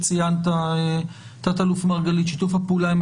זה שיהיה שם תפקוד גבוה מאוד אל מול